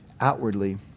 outwardly